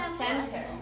center